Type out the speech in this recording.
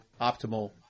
optimal